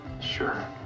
Sure